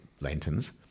lanterns